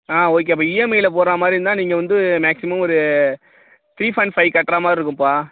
ஆ okay அப்போ இஎம்ஐயில் போடுகிற மாதிரி இருந்தால் நீங்கள் வந்து மேக்ஸிமம் ஒரு த்ரீ ஃபாயிண்ட் ஃபைவ் கட்டுறா மாதிரி இருக்கும்பா